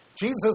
Jesus